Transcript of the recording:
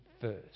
first